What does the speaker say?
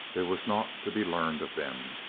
there was naught to be learned of them.